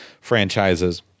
franchises